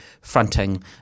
fronting